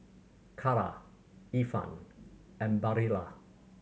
Kara Ifan and Barilla